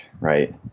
right